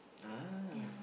ah